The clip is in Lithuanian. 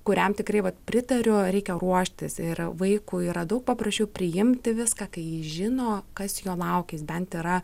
kuriam tikrai vat pritariu reikia ruoštis ir vaikui yra daug paprasčiau priimti viską kai jis žino kas jo laukia jis bent yra